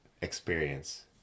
experience